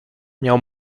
miał